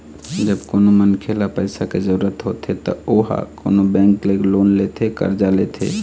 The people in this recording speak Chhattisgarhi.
जब कोनो मनखे ल पइसा के जरुरत होथे त ओहा कोनो बेंक ले लोन लेथे करजा लेथे